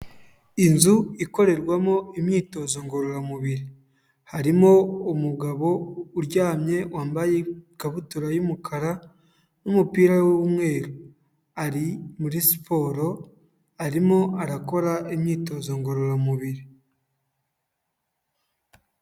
Inzu ikorerwamo imyitozo ngororamubiri, harimo umugabo uryamye wambaye ikabutura y'umukara n'umupira w'umweru, ari muri siporo arimo arakora imyitozo ngororamubiri.